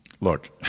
Look